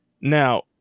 now